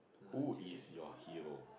who is your hero